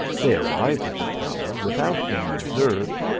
they arrived at the tower without being observed,